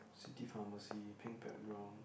city pharmacy pink background